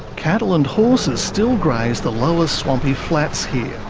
cattle and horses still graze the lower swampy flats here,